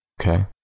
Okay